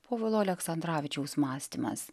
povilo aleksandravičiaus mąstymas